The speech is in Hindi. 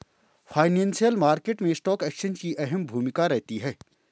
फाइनेंशियल मार्केट मैं स्टॉक एक्सचेंज की अहम भूमिका रहती है